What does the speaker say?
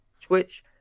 Twitch